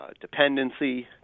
dependency